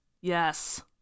Yes